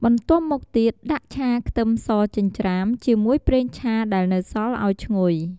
បន្ទាប់់មកទៀត ដាក់ឆាខ្ទឹមសចិញ្ច្រាំ ជាមួយប្រេងឆាដែលនៅសល់ ឱ្យឈ្ងុយ។